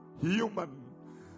human